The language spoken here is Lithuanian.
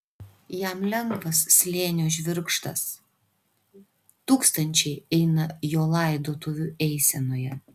jam lengvas slėnio žvirgždas tūkstančiai eina jo laidotuvių eisenoje